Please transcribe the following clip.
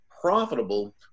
profitable